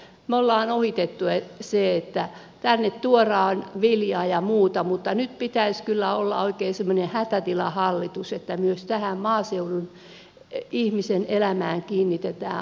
me olemme ohittaneet sen että tänne tuodaan viljaa ja muuta mutta nyt pitäisi kyllä olla oikein semmoinen hätätilahallitus että myös tähän maaseudun ihmisen elämään kiinnitetään huomiota